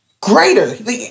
Greater